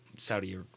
Saudi